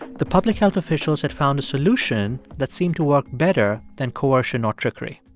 the public health officials had found a solution that seemed to work better than coercion or trickery.